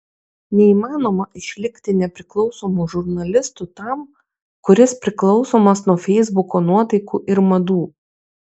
neįmanoma išlikti nepriklausomu žurnalistu tam kuris priklausomas nuo feisbuko nuotaikų ir madų